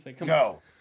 No